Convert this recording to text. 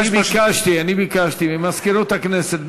אני ביקשתי ממזכירות הכנסת,